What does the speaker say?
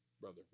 Brother